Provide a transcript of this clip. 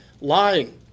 lying